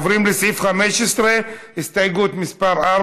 עוברים לסעיף 15, הסתייגות מס' 4,